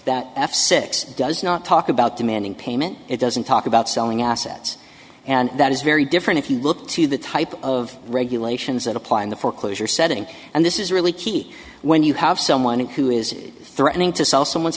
six does not talk about demanding payment it doesn't talk about selling assets and that is very different if you look to the type of regulations that apply in the foreclosure setting and this is really key when you have someone who is threatening to sell someone's